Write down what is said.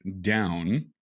down